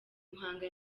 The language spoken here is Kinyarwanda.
muhanga